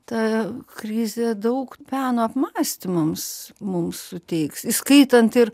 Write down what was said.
ta krizė daug peno apmąstymams mums suteiks įskaitant ir